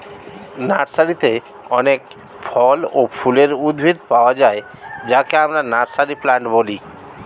নার্সারিতে অনেক ফল ও ফুলের উদ্ভিদ পাওয়া যায় যাকে আমরা নার্সারি প্লান্ট বলি